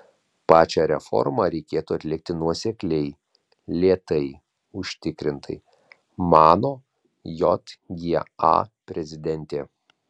pačią reformą reikėtų atlikti nuosekliai lėtai užtikrintai mano jga prezidentė